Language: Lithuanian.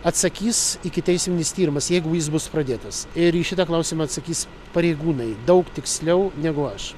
atsakys ikiteisminis tyrimas jeigu jis bus pradėtas ir į šitą klausimą atsakys pareigūnai daug tiksliau negu aš